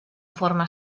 forma